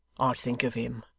i'd think of him